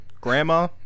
Grandma